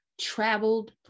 traveled